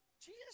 Jesus